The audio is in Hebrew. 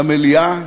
למליאה,